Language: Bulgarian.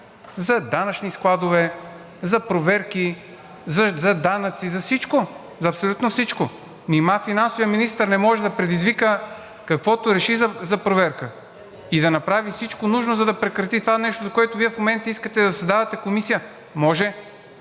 за данъчни складове, за проверки, за данъци – за всичко, за абсолютно всичко? Нима финансовият министър не може да предизвика каквото реши за проверка и да направи всичко нужно, за да прекрати това нещо, за което Вие в момента искате да създавате комисия?! Може,